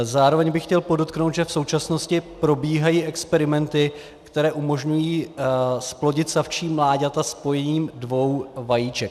Zároveň bych chtěl podotknout, že v současnosti probíhají experimenty, které umožňují zplodit savčí mláďata spojením dvou vajíček.